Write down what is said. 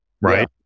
right